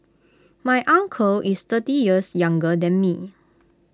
my uncle is thirty years younger than me